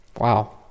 Wow